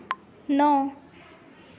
नौ